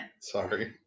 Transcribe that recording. sorry